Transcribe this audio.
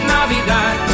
Navidad